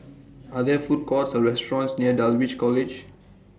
Are There Food Courts Or restaurants near Dulwich College